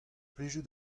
plijout